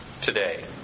today